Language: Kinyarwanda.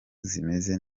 zimeze